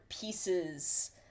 pieces